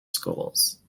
schools